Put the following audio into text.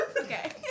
Okay